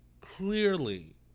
clearly